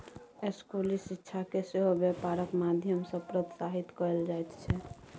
स्कूली शिक्षाकेँ सेहो बेपारक माध्यम सँ प्रोत्साहित कएल जाइत छै